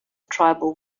tribal